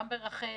גם ברח"ל,